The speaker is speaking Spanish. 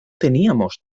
teníamos